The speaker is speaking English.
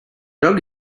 dog